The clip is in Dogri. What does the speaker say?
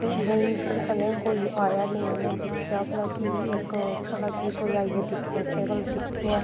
ते नेईं इद्धर कदैं कोई आया नेईं उ'नें दिक्खेआ भला कि इक भला कि कोई आइयै दिक्खै आचै भला दिक्खने आं